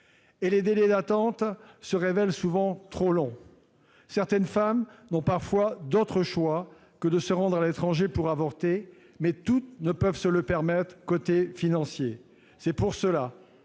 Et les délais d'attente se révèlent souvent trop longs. Certaines femmes n'ont parfois d'autres choix que de se rendre à l'étranger pour avorter, mais toutes ne peuvent se le permettre côté financier. C'est pour cela